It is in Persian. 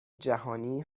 جهانی